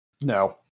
No